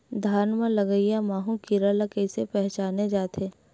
धान म लगईया माहु कीरा ल कइसे पहचाने जाथे?